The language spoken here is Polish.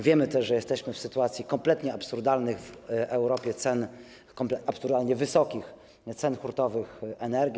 Wiemy też, że jesteśmy w sytuacji kompletnie absurdalnych cen w Europie, absurdalnie wysokich cen hurtowych energii.